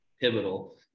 pivotal